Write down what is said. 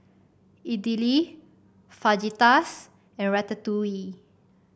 Idili Fajitas and Ratatouille